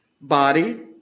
body